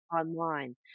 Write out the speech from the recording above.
online